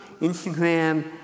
Instagram